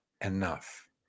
enough